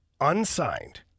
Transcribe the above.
unsigned